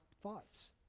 thoughts